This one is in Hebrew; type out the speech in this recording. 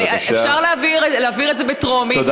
בבקשה, אפשר להעביר את זה בטרומית, תודה, גברתי.